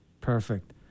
Perfect